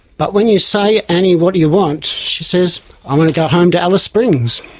but when you say, annie, what do you want? she says, i want to go home to alice springs.